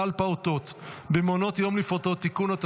על פעוטות במעונות יום לפעוטות (תיקון),